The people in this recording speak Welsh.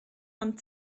ond